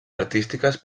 artístiques